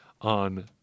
on